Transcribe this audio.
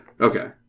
Okay